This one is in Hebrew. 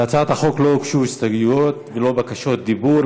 להצעת החוק לא הוגשו הסתייגויות ולא בקשות דיבור.